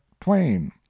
Twain